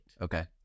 okay